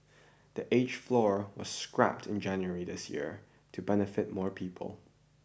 the age floor was scrapped in January this year to benefit more people